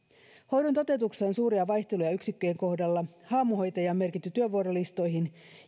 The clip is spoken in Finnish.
on suuria vaihteluja yksikköjen kohdalla haamuhoitajia on merkitty työvuorolistoihin